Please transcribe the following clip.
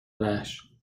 وحش